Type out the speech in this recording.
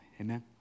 Amen